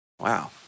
Wow